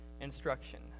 instruction